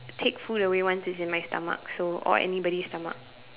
take food away once it's in my stomach so or anybody's stomach